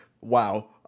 Wow